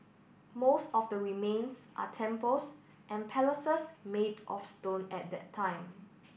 most of the remains are temples and palaces made of stone at that time